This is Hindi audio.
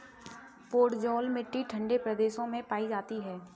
पोडजोल मिट्टी ठंडे प्रदेशों में पाई जाती है